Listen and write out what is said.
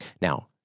Now